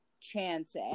chance